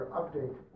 update